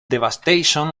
devastation